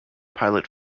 pilot